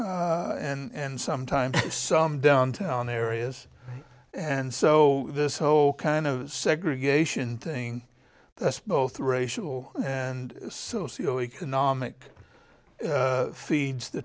and sometimes some downtown areas and so this whole kind of segregation thing that's both racial and socio economic feeds the